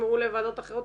תשמרו לוועדות אחרות,